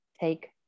take